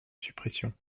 suppression